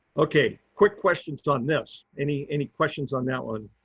okay, quick questions on this. any, any questions on that one?